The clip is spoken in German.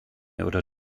oder